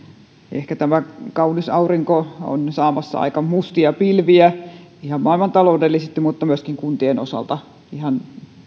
ehkä tämä kaunis aurinko on saamassa aika mustia pilviä ihan maailmantaloudellisesti mutta myöskin kuntien osalta ihan